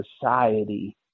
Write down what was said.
society